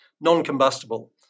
non-combustible